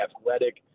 athletic